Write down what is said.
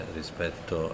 rispetto